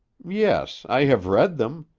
yes. i have read them.